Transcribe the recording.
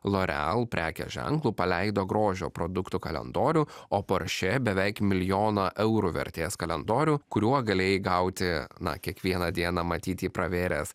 loreal prekės ženklu paleido grožio produktų kalendorių o porsche beveik milijoną eurų vertės kalendorių kuriuo galėjai gauti na kiekvieną dieną matyt jį pravėręs